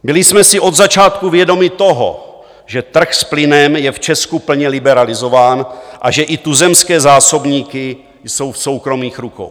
Byli jsme si od začátku vědomi toho, že trh s plynem je v Česku plně liberalizován a že i tuzemské zásobníky jsou v soukromých rukou.